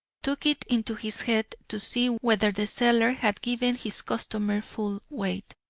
took it into his head to see whether the seller had given his customer full weight,